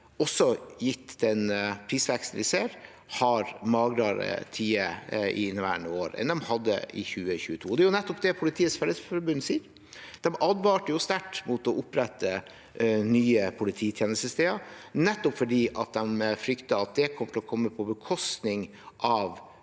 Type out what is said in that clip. også gitt den prisveksten vi ser – har magrere tider i inneværende år enn de hadde i 2022. Det er også det Politiets Fellesforbund sier. De advarte sterkt mot å opprette nye polititjenestesteder nettopp fordi de fryktet at det kom til å gå på bekostning av